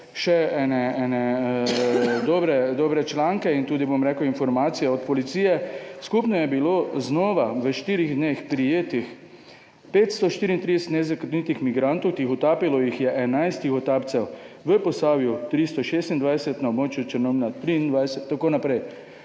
dobre članke in tudi bom rekel informacije od policije. Skupno je bilo znova v štirih dneh prijetih 534 nezakonitih migrantov, tihotapilo jih je 11 tihotapcev: v Posavju 326, na območju Črnomlja 23 itn.